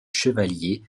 chevaliers